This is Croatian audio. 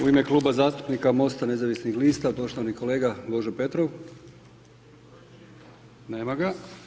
U ime Kluba zastupnika MOST-a nezavisnih lista, poštovani kolega Božo Petrov, nema ga.